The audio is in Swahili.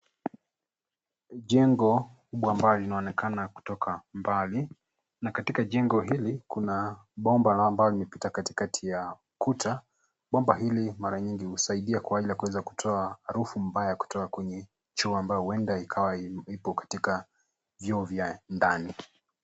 Jengo kubwa ambalo linaonekana kutoka mbali na katika jengo hili kuna bomba ambalo linapita katikati ya kuta bomba hili mara nyingi husaidia kwa ajili ya kueza kutoa harufu mbaya kutoka kenye choo ambayo huenda ikawa katika vyoo vya ndani.